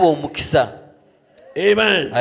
Amen